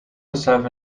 herself